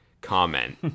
comment